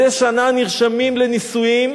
מדי שנה נרשמים לנישואים